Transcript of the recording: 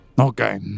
Okay